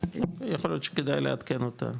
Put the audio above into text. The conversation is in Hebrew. יכול להיות שכדאי לעדכן אותה.